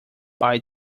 buy